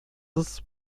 das